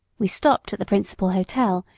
we stopped at the principal hotel,